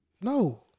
no